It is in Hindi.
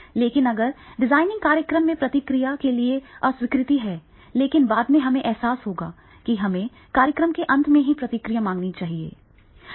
लेकिन अगर डिजाइनिंग कार्यक्रम में प्रतिक्रिया के लिए अस्वीकृति है लेकिन बाद में हमें एहसास होगा कि हमें कार्यक्रम के अंत में ही प्रतिक्रिया मांगनी चाहिए थी